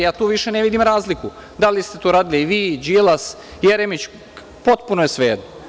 Ja tu više ne vidim razliku da li ste to radili vi, Đilas, Jeremić, potpuno je svejedno.